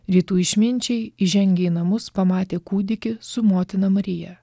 rytų išminčiai įžengę į namus pamatė kūdikį su motina marija